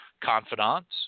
confidants